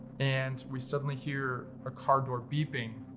and we suddenly hear a car door beeping.